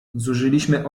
zużyliśmy